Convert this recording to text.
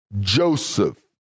Joseph